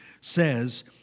says